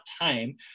time